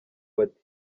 bati